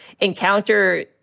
encounter